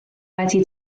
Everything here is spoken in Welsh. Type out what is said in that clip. wedi